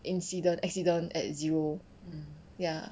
incident accident at zero ya